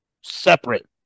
separate